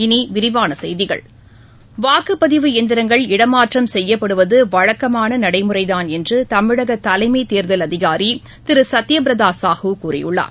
இனி விரிவான செய்திகள் வாக்குப்பதிவு இயந்திரங்கள் இடமாற்றம் செய்யப்படுவது வழக்கமான நடைமுறைதான் என்று தமிழக தலைமை தேர்தல் அதிகாரி திரு சத்ய பிரதா சாஹூ கூறியுள்ளார்